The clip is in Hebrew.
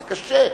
זה קשה.